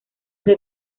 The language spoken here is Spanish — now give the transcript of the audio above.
que